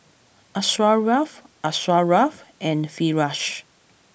Asharaff Asharaff and Firash